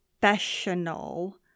professional